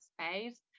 space